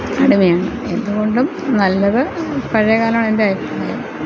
അടിമയാണ് എന്തു കൊണ്ടും നല്ലത് പഴയകാലമാണ് എൻ്റെ അഭിപ്രായം